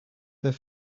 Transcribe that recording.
their